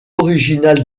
originale